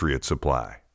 Supply